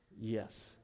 yes